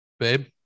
Babe